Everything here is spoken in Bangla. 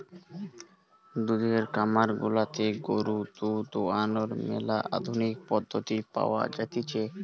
দুধের খামার গুলাতে গরুর দুধ দোহানোর ম্যালা আধুনিক পদ্ধতি পাওয়া জাতিছে